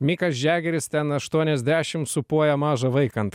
mikas džegeris ten aštuoniasdešim sūpuoja mažą vaiką ant